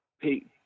Pete